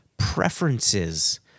preferences